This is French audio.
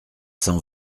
cent